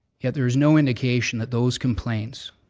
yet, there is no indication that those complaints